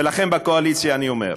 לכם בקואליציה אני אומר: